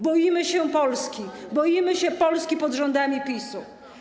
Boimy się Polski, boimy się Polski pod rządami PiS-u.